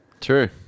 true